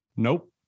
Nope